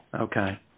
Okay